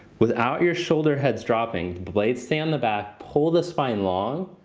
without your shoulder heads dropping, blades stay on the back. pull the spine long,